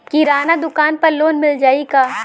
किराना दुकान पर लोन मिल जाई का?